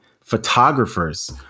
photographers